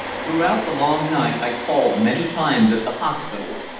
throughout the long night i called many times at the hospital,